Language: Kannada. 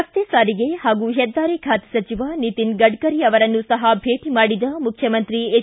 ರಸ್ತೆ ಸಾರಿಗೆ ಹಾಗೂ ಹೆದ್ದಾರಿ ಖಾತೆ ಸಚಿವ ನಿತಿನ್ ಗಡ್ಡರಿ ಅವರನ್ನು ಸಹ ಭೇಟಿ ಮಾಡಿದ ಮುಖ್ಣಮಂತ್ರಿ ಎಚ್